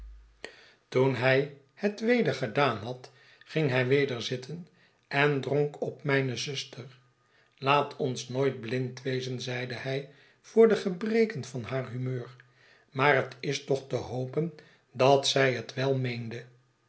toen hij het weder gedaan had ging hij weder zitten en dronk op mijne zuster laat ons nooit blind wezen zeide hij voor de gebreken van haar humeur maar het is toch te hopen dat zij het wel meende